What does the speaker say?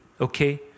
okay